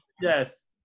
Yes